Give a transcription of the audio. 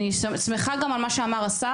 ואני שמחה גם על מה שאמר השר.